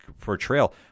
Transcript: portrayal